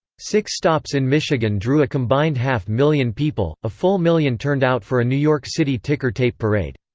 six stops in michigan drew a combined half-million people a full million turned out for a new york city ticker-tape parade.